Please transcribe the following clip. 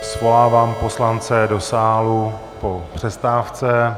Svolávám poslance do sálu po přestávce.